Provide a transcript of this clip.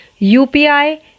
UPI